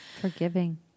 Forgiving